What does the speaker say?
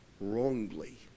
wrongly